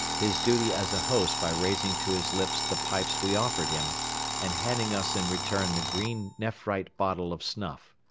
his duty as a host by raising to his lips the pipes we offered him and handing us in return the green nephrite bottle of snuff.